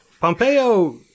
Pompeo